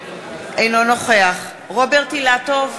אינו נוכח רוברט אילטוב,